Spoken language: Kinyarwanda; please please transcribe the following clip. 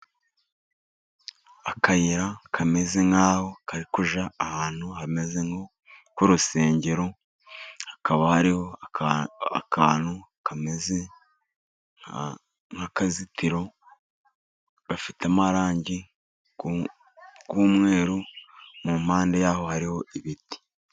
Akayira kameze nk'aho kari kujya ahantu hameze nko ku rusengero hakaba hariho akantu kameze nk'akazitiro gafite amarangi y'umweru mu mpande yaho hariho ibiti.